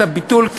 את הביטול,